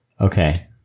Okay